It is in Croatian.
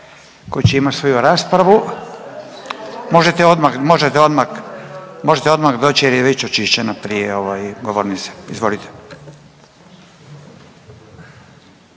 koji će imati svoju raspravu. Možete odmah doći jer je već očišćeno prije govornice. Izvolite.